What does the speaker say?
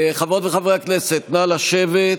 חברות וחברי הכנסת, נא לשבת.